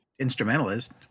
instrumentalist